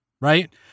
right